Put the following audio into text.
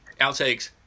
outtakes